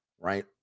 right